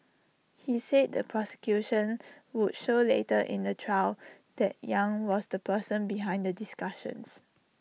he said the prosecution would show later in the trial that yang was the person behind the discussions